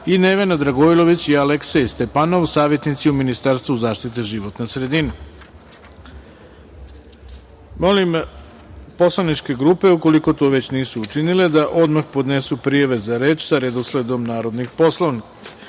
i Nevena Dragojlović i Aleksej Stepanov, savetnici u Ministarstvu zaštite životne sredine. Molim poslaničke grupe, ukoliko to već nisu učinile, da odmah podnesu prijave za reč sa redosledom narodnih